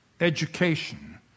education